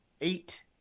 eight